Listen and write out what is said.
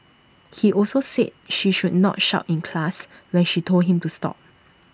he also said she should not shout in class when she told him into stop